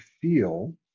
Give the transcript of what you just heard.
feel